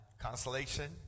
consolation